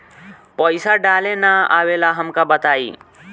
पईसा डाले ना आवेला हमका बताई?